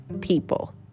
people